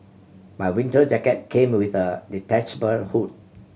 my winter jacket came with a detachable hood